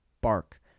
bark